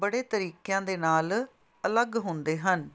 ਬੜੇ ਤਰੀਕਿਆਂ ਦੇ ਨਾਲ ਅਲੱਗ ਹੁੰਦੇ ਹਨ